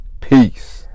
peace